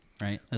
right